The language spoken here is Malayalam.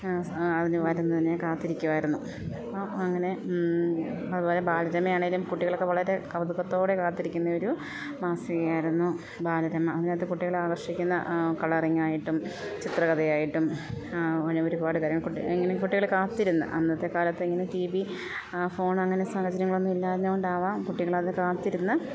അതിന് വരുന്നതിനെ കാത്തിരിക്കുമായിരുന്നു അങ്ങനെ അതുപോലെ ബാലരമയാണെങ്കിലും കുട്ടികളൊക്കെ വളരെ കൗതുകത്തോടെ കാത്തിരിക്കുന്നയൊരു മാസികയായിരുന്നു ബാലരമ അതിനകത്ത് കുട്ടികളെ ആകർഷിക്കുന്ന കളറിങ്ങായിട്ടും ചിത്രകഥയായിട്ടും അങ്ങനെ ഒരുപാട് കാര്യ ഇങ്ങനെ കുട്ടികൾ കാത്തിരുന്ന് അന്നത്തെ കാലത്ത് ഇങ്ങനെ ടി വി ഫോൺ അങ്ങനെ സാഹചര്യങ്ങളൊന്നും ഇല്ലായിരുന്നതുകൊണ്ടാവാം കുട്ടികളത് കാത്തിരുന്ന്